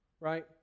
right